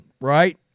right